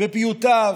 בפיוטיו,